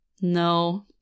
No